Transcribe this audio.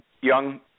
Young